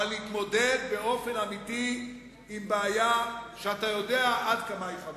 אבל להתמודד באופן אמיתי עם בעיה שאתה יודע עד כמה היא חמורה.